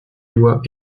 lois